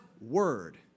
Word